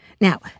Now